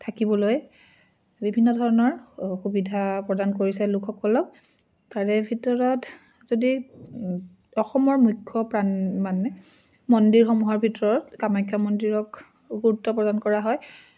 থাকিবলৈ বিভিন্ন ধৰণৰ সুবিধা প্ৰদান কৰিছে লোকসকলক তাৰে ভিতৰত যদি অসমৰ মুখ্য প্ৰাণ মানে মন্দিৰসমূহৰ ভিতৰত কামাখ্যা মন্দিৰক গুৰুত্ব প্ৰদান কৰা হয়